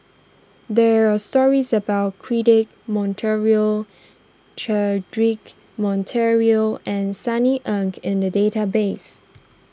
there are stories about Cedric Monteiro Cedric Monteiro and Sunny Ang in the database